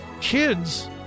Kids